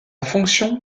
fonction